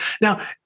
Now